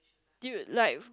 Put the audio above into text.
do you like